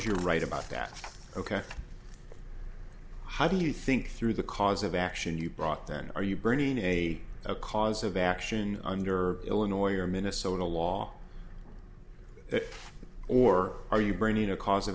you're right about that ok how do you think through the cause of action you brought then are you bringing a a cause of action under illinois or minnesota law or are you bringing a cause of